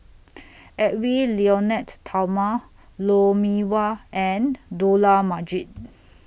Edwy Lyonet Talma Lou Mee Wah and Dollah Majid